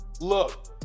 look